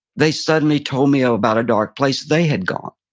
they suddenly told me ah about a dark place they had gone.